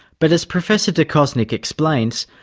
but as professor de kosnik explains,